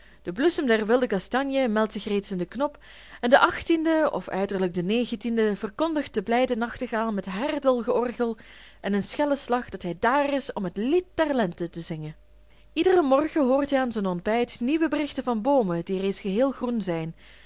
de bloesem der wilde kastanje meldt zich reeds in den knop en den den of uiterlijk den den verkondigt de blijde nachtegaal met een helder georgel en een schellen slag dat hij daar is om het lied der lente te zingen iederen morgen hoort hij aan zijn ontbijt nieuwe berichten van boomen die reeds geheel groen zijn